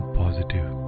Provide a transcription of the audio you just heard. positive